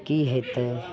कि हेतै